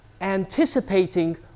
anticipating